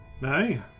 No